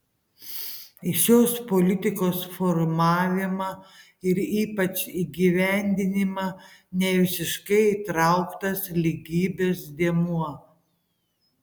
į šios politikos formavimą ir ypač įgyvendinimą nevisiškai įtrauktas lygybės dėmuo